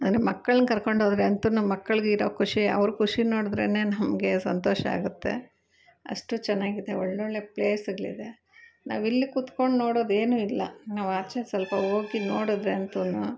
ನಾನು ಮಕ್ಳನ್ನು ಕರ್ಕೊಂಡೋದರೆ ಅಂತು ಮಕ್ಳಿಗಿರೋ ಖುಷಿ ಅವ್ರ ಖುಷಿ ನೋಡಿದ್ರೆನೇ ನಮಗೆ ಸಂತೋಷ ಆಗುತ್ತೆ ಅಷ್ಟು ಚೆನ್ನಾಗಿದೆ ಒಳ್ಳೊಳ್ಳೆ ಪ್ಲೇಸ್ಗಳಿದೆ ನಾವಿಲ್ಲಿ ಕುತ್ಕೊಂಡು ನೊಡೋದೇನು ಇಲ್ಲ ನಾವು ಆಚೆ ಸ್ವಲ್ಪ ಹೋಗಿ ನೋಡಿದ್ರೆ ಅಂತು